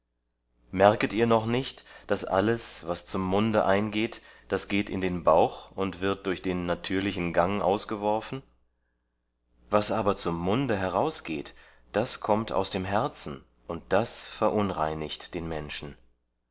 merket ihr noch nicht daß alles was zum munde eingeht das geht in den bauch und wird durch den natürlichen gang ausgeworfen was aber zum munde herausgeht das kommt aus dem herzen und das verunreinigt den menschen